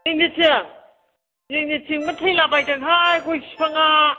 जोंनिथिं जोंनिथिंबो थैलाबायदोंहाय गय बिफाङा